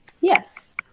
Yes